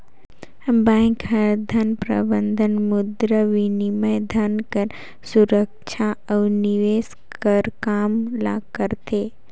bank हर धन प्रबंधन, मुद्राबिनिमय, धन कर सुरक्छा अउ निवेस कर काम ल करथे